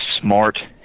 smart